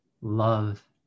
love